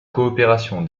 coopération